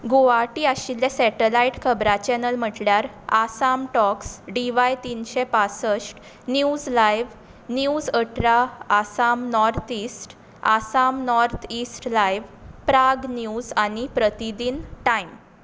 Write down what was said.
गुव्हाटी आशिल्ले सॅटॅलायट खबरां चॅनल म्हटल्यार आसाम टॉक्स डीवाय तीनशे पासश्ट न्यूज लायव्ह न्यूज अठरा Assam north east Assam north east live Prag news आनी प्रतिदिन टायम